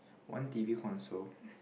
one T_V console